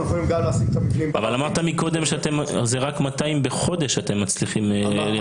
אבל אמרת מקודם שרק 200 בחודש אתם מצליחים לייצר.